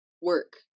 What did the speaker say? work